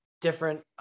different